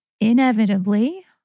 inevitably